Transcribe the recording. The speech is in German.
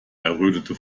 errötete